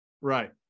Right